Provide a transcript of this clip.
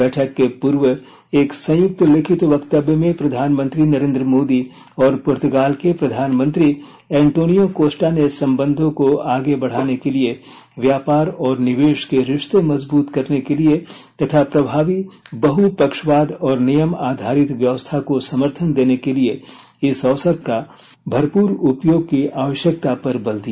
बैठक के पूर्व एक संयुक्त लिखित वक्तव्य में प्रधानमंत्री नरेन्द्र मोदी और पूर्तगाल के प्रधानमंत्री एंटोनियो कोस्टा ने संबंधों को आगे बढाने के लिए व्यापार और निवेश के रिश्ते मजबूत करने के लिए तथा प्रभावी बहु पक्षवाद और नियम आधारित व्यवस्था को समर्थन देने के लिए इस अवसर का भरपूर उपयोग की आवश्यकता पर बल दिया